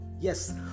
yes